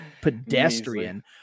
pedestrian